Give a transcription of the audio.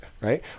Right